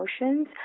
emotions